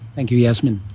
thank you yasmin.